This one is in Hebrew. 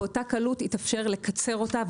באותה קלות יתאפשר לקצר אותה.